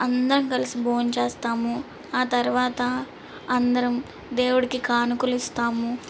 అందరం కలిసి భోం చేస్తాము ఆ తర్వాత అందరం దేవుడికి కానుకలు ఇస్తాము